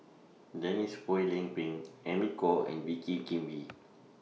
Denise Phua Lay Peng Amy Khor and Wee Kim Wee